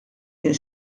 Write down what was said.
jien